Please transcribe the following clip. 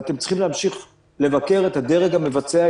ואתם צריכים להמשיך לבקר את הדרג המבצע,